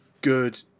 good